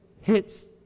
hits